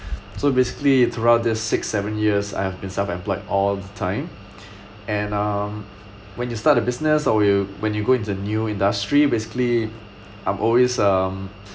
so basically throughout these six seven years I have been self employed all the time and um when you start a business or you when you go into new industry basically I'm always um